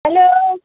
hello